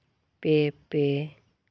ᱯᱮ ᱯᱮ